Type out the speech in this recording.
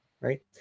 right